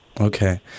Okay